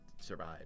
survive